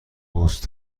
پست